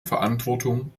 verantwortung